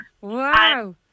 Wow